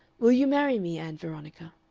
will you marry me, ann veronica?